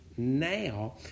now